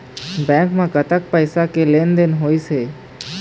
Bank म कतक पैसा के लेन देन होइस हे?